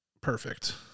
perfect